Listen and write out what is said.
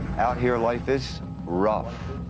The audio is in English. out here life is rough.